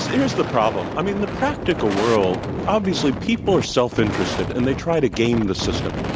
here's the problem. i mean, the practical world obviously, people are self-interested. and they try to game the system.